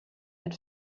had